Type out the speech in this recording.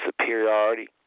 superiority